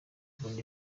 ubundi